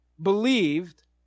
believed